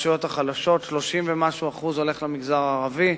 לרשויות החלשות: 30% ומשהו הולך למגזר הערבי,